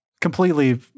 completely